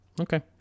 okay